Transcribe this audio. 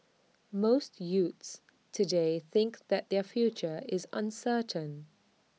most youths today think that their future is uncertain